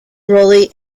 rowley